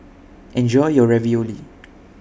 Enjoy your Ravioli